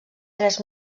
tres